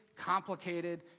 complicated